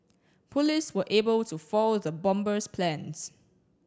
police were able to foil the bomber's plans